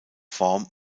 form